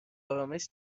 آرامش